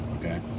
okay